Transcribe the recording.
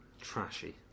Trashy